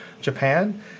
Japan